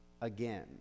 again